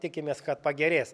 tikimės kad pagerės